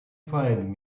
find